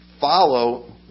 follow